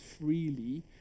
freely